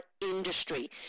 industry